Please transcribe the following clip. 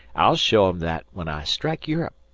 i'll show em that when i strike europe.